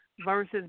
versus